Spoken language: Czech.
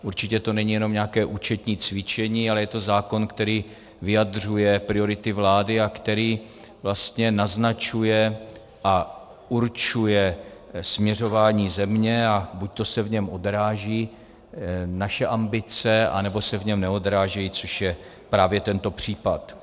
Určitě to není jenom nějaké účetní cvičení, ale je to zákon, který vyjadřuje priority vlády a který vlastně naznačuje a určuje směřování země, a buďto se v něm odrážejí naše ambice, nebo se v něm neodrážejí, což je právě tento případ.